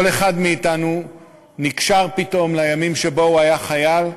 כל אחד מאתנו נקשר פתאום לימים שבהם הוא היה חייל.